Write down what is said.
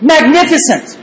Magnificent